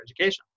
education